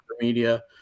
media